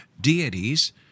deities